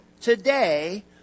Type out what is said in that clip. today